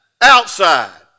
outside